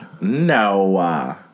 No